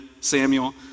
Samuel